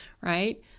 right